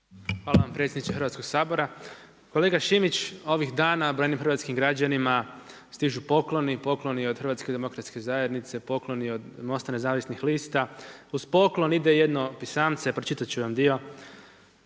Hvala vam predsjedniče Hrvatskog sabora. Kolega Šimić, ovih dana brojnim hrvatskim građanima stižu pokloni, pokloni od HDZ-a, pokloni od Mosta nezavisnih lista, uz poklon ide jedno pisance, pročitati ću vam dio